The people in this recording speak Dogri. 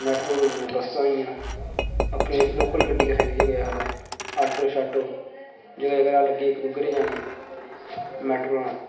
मेटाडोर होइयां बस्सां होइयां अपने लोकल गड्डियां आस्तै इ'यै कोई आखदा ऑटो शॉटो जगह् जगह् रा लग्गे दे इक दूऐ रा जाने ई ते मेटाडोरां